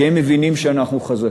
כי הם מבינים שאנחנו חזקים.